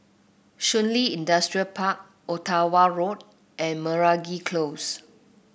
Shun Li Industrial Park Ottawa Road and Meragi Close